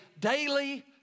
daily